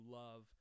love